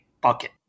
bucket